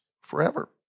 forever